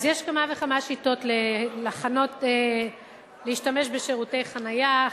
אז יש כמה וכמה שיטות להשתמש בשירותי חנייה.